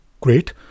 great